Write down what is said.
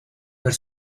per